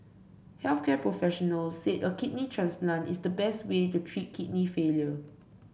health care professionals said a kidney transplant is the best way to treat kidney failure